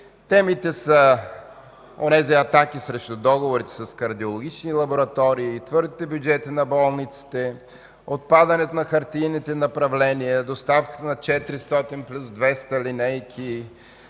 Темите са онези атаки срещу договорите с кардиологични лаборатории, твърдите бюджети на болниците, отпадането на хартиените направления, доставката на 400 плюс 200 линейни,